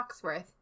Foxworth